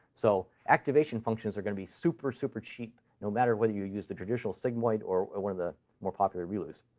so activation functions are going to be super, super cheap no matter whether you use the traditional sigmoid or one of the more popular relus.